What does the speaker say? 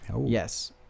Yes